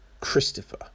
Christopher